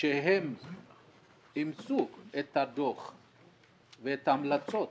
כך שהם אימצו את הדוח ואת ההמלצות